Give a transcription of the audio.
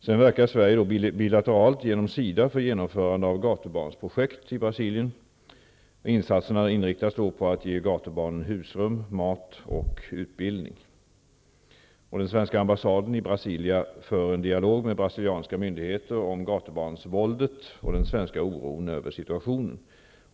Sverige verkar även bilateralt genom SIDA för genomförande av gatubarnsprojekt i Brasilien. Insatserna inriktas då på att ge gatubarn husrum, mat och utbildning. Den svenska ambassaden i Brasilia för en dialog med brasilianska myndigheter om gatubarnsvåldet och den svenska oron över situationen.